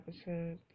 episode